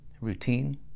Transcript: routine